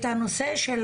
הנושא של